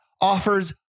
offers